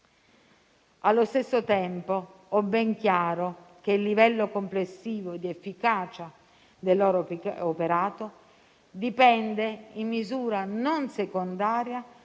Allo stesso tempo ho ben chiaro che il livello complessivo di efficacia del loro operato dipende in misura non secondaria